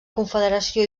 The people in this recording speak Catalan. confederació